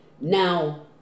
now